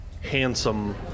handsome